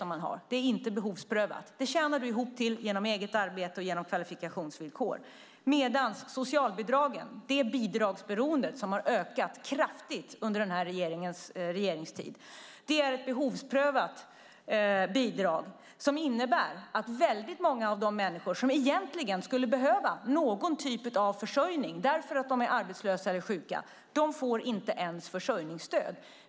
Här är det inte behovsprövat, utan till detta tjänar man ihop genom eget arbete och genom kvalifikationsvillkor. Socialbidragen är ett bidragsberoende som kraftigt ökat under den här regeringens tid. Socialbidraget är ett behovsprövat bidrag som innebär att väldigt många av de människor som egentligen skulle behöva någon typ av försörjning därför att de är arbetslösa eller sjuka inte ens får försörjningsstöd.